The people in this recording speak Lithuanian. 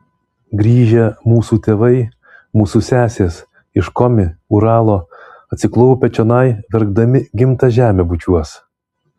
grįžę mūsų tėvai mūsų sesės iš komi uralo atsiklaupę čionai verkdami gimtą žemę bučiuos